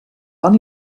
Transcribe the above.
van